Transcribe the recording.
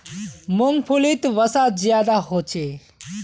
मूंग्फलीत वसा ज्यादा होचे